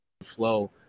Flow